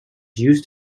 used